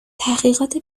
تحقیقات